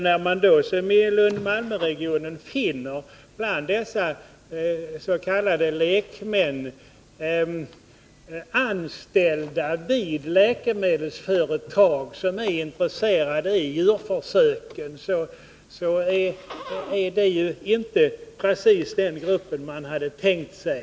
När man då, som i Lund/Malmö-nämnden, bland dessa s.k. lekmän finner anställda vid läkemedelsföretag som är intresserade av djurförsöken, så är det inte precis den grupp man hade tänkt sig.